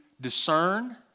discern